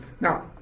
Now